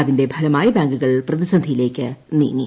അതിന്റെ ഫലമായി ബാങ്കുകൾ പ്രതിസന്ധിയിലേക്ക് നീങ്ങി